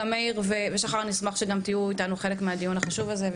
גם מאיר ושחר אני אשמח שגם תהיו איתנו חלק מהדיון החשוב הזה,